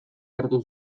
hartu